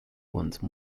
once